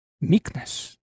meekness